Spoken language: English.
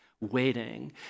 waiting